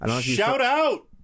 Shout-out